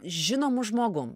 žinomu žmogum